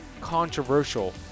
controversial